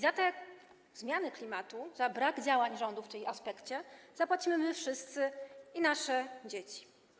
Za te zmiany klimatu, za brak działań rządu w tym aspekcie zapłacimy my wszyscy i nasze dzieci.